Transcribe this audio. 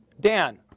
Dan